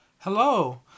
Hello